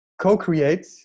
co-create